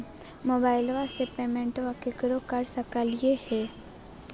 मोबाइलबा से पेमेंटबा केकरो कर सकलिए है?